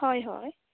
होय होय